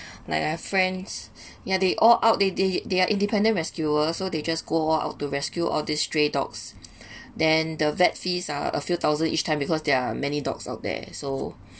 like my friends yeah they all out they they they are independent rescuer so they just go all out to rescue of these stray dogs then the vet fees are a few thousand each time because there are many dogs out there so